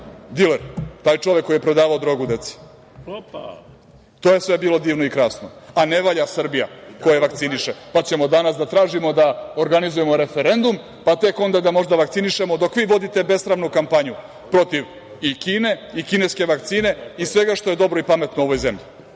diler, taj čovek koji je prodavao drogu deci. To je sve bilo divno i krasno, a ne valja Srbija koja vakciniše, pa ćemo danas da tražimo da organizujemo referendum, pa tek onda da možda vakcinišemo dok vodite besramnu kampanju protiv i Kine i kineske vakcine i svega što je dobro i pametno u ovoj zemlji,